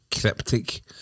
cryptic